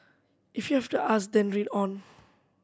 if you have to ask then read on